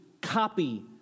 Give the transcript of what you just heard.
copy